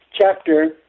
chapter